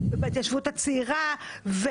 בהתיישבות הצעירה,